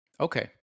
Okay